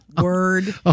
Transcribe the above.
Word